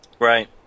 Right